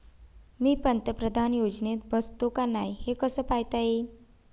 मी पंतप्रधान योजनेत बसतो का नाय, हे कस पायता येईन?